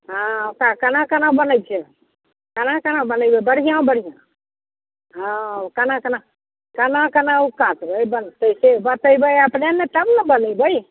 हँ ओकरा केना केना बनैत छै केना केना बनैयो बढ़िआँ बढ़िआँ हँ केना केना केना केना ओ काटबै बनतै से बतेबै अपने ने तब ने बनेबै